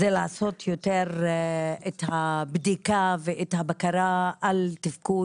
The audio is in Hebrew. זה לעשות יותר את הבדיקה ואת הבקרה על התפקוד